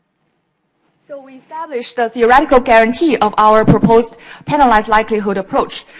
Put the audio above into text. so we established the theoretical guarantee of our proposed penalized likelihood approach.